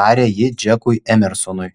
tarė ji džekui emersonui